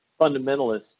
fundamentalists